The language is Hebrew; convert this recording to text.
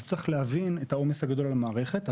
צריך להבין את העומד הגדול על המערכת.